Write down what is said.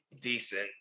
decent